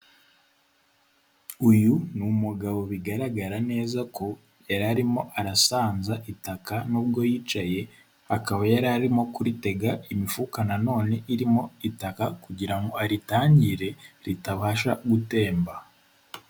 Uyu ni umugabo bigaragara neza ko yari arimo arasanza itaka nubwo yicaye, akaba yari arimo kuritega imifuka na none irimo itaka kugira ngo aritangire ritabasha gutemba.